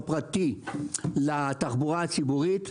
פתרנו את הבעיה הזאת.